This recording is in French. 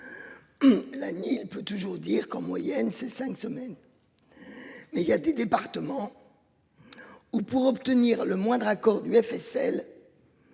il peut toujours dire qu'en moyenne, ces cinq semaines. Mais il y a des départements. Où pour obtenir le moindre accord du FSL.